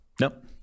Nope